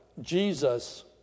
Jesus